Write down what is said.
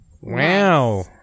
Wow